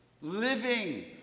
living